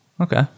Okay